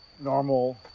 normal